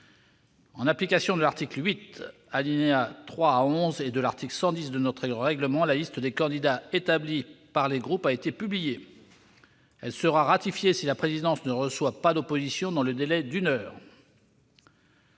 En application de l'article 8, alinéas 3 à 11, et de l'article 110 de notre règlement, la liste des candidats établie par les groupes a été publiée. Elle sera ratifiée si la présidence ne reçoit pas d'opposition dans le délai d'une heure.